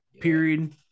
period